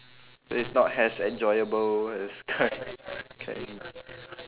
so it's not as enjoyable as cur~ curry m~